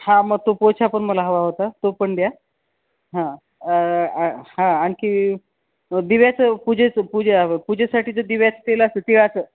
हां मग तो पोछा पण मला हवा होता तो पण द्या हां हां आणखी दिव्याचं पूजेचं पूजे पूजेसाठी ज दिव्याचं तेल असतं तिळाचं